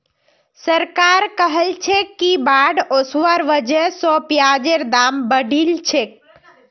सरकार कहलछेक कि बाढ़ ओसवार वजह स प्याजेर दाम बढ़िलछेक